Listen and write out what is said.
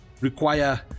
require